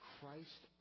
Christ